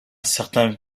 certain